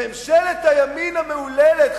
ממשלת הימין המהוללת,